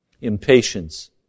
Impatience